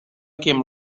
came